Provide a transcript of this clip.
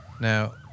Now